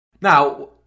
Now